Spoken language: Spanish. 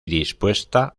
dispuesta